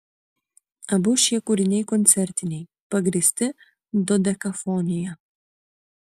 abu šie kūriniai koncertiniai pagrįsti dodekafonija